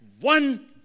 one